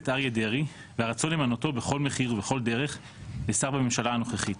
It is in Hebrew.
אריה דרעי והרצון למנותו בכל מחיר ובכל דרך לשר בממשלה הנוכחית